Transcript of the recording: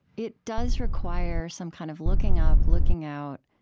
it does require some kind of looking up, looking out,